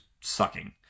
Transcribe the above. sucking